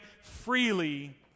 freely